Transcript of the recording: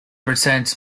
prevents